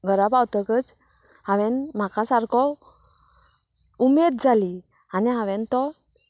घरा पावतकच हांवेन म्हाका सारको उमेद जाली आनी हांवेन तो